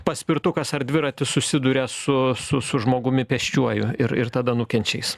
paspirtukas ar dviratis susiduria su su su su žmogumi pėsčiuoju ir ir tada nukenčia jis